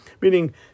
Meaning